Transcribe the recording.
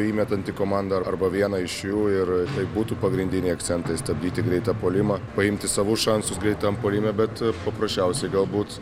įmetanti komanda arba viena iš jų ir tai būtų pagrindinė akcentai stabdyti greitą puolimą paimti savus šansus greitam puolime bet paprasčiausiai galbūt